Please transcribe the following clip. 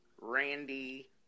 Randy